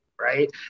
right